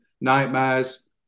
nightmares